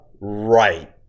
right